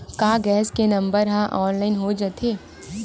का गैस के नंबर ह ऑनलाइन हो जाथे?